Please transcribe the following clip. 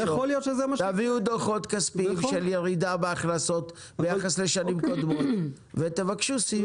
תביאו דוחות כספיים של ירידה בהכנסות ביחס לשנים קודמות ותבקשו סיוע.